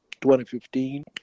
2015